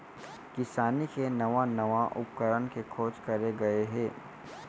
किसानी के नवा नवा उपकरन के खोज करे गए हे